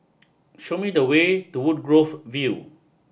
show me the way to Woodgrove View